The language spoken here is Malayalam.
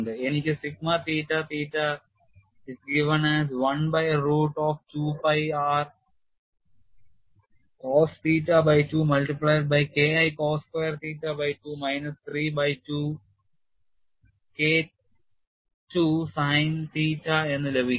എനിക്ക് sigma theta theta is given as 1 by root of 2pi r cos theta by 2 multiplied by KI cos square theta by 2 minus 3 by 2 K II sin theta എന്ന് ലഭിക്കുന്നു